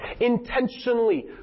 Intentionally